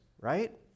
right